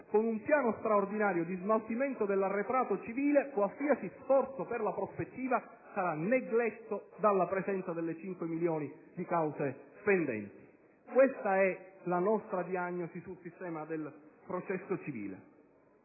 con un piano straordinario di smaltimento dell'arretrato civile, qualsiasi sforzo per la prospettiva sarà negletto dalla presenza dei 5 milioni di cause pendenti. Questa è la nostra diagnosi sul sistema del processo civile.